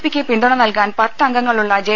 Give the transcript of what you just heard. പിക്ക് പിന്തുണ നൽകാൻ പത്തം ഗങ്ങളുള്ള ജെ